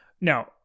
Now